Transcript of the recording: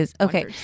Okay